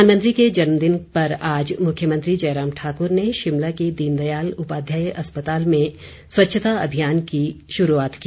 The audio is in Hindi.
प्रधानमंत्री के जन्मदिन पर आज मुख्यमंत्री जयराम ठाकुर ने शिमला के दीन दयाल उपाध्याय अस्पताल में स्वच्छता अभियान की शुरूआत की